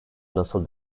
nasıl